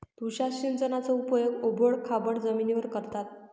तुषार सिंचनाचा उपयोग ओबड खाबड जमिनीवर करतात